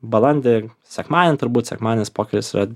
balandį sekmadienį turbūt sekmadienis pokeris yra